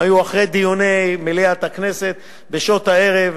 הם היו אחרי דיוני מליאת הכנסת, בשעות הערב.